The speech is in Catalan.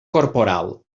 corporal